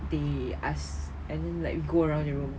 they asked and like we go around the room